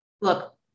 look